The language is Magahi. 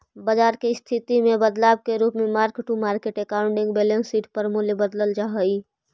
बाजार के स्थिति में बदलाव के रूप में mark to market accounting balance sheet पर मूल्य बदलल जा हई